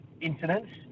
incidents